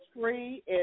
free